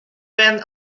went